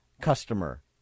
customer